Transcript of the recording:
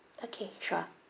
okay sure